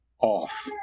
off